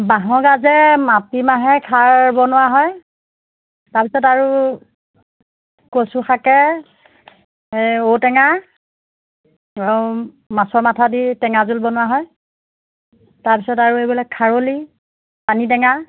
বাঁহৰ গাজে মাটি মাহে খাৰ বনোৱা হয় তাৰপিছত আৰু কচুশাকে ঔটেঙা মাছৰ মাথা দি টেঙা জোল বনোৱা হয় তাৰপিছত আৰু এইবিলাক খাৰলি পানীটেঙা